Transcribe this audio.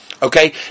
Okay